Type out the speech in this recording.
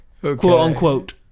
quote-unquote